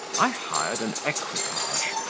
i hired an equipage,